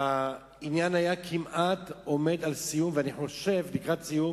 העניין היה כמעט לקראת סיום,